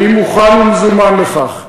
אני מוכן ומזומן לכך.